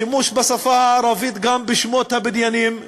שימוש בשפה הערבית גם בשמות הבניינים וכדומה.